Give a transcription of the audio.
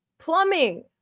plumbing